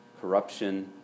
corruption